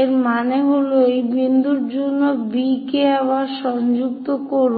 এর মানে হল এই বিন্দুর জন্য B কে আবার সংযুক্ত করুন